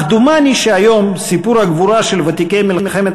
אך דומני שהיום סיפור הגבורה של ותיקי מלחמת